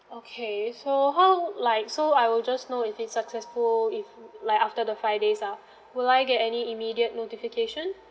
okay so how like so I will just know if it's successful if like after the five days ah will I get any immediate notification